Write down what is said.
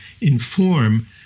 inform